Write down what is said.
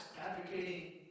advocating